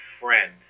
friend